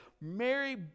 Mary